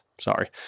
sorry